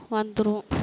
வந்துடுவோம்